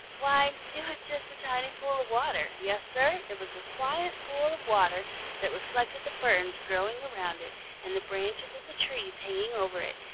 why, it was just a tiny pool of water. yes, sir, it was a quiet pool of water that reflected the ferns growing around it and the branches of the trees hanging over it,